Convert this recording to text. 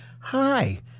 hi